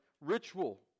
ritual